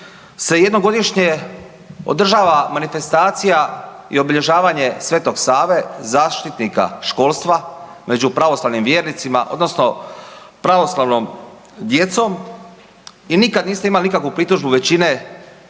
se jednom godišnje održava manifestacija i obilježavanje Sv.Save zaštitnika školstva među pravoslavnim vjernicima odnosno pravoslavnom djecom i nikad niste imali nikakvu pritužbu većine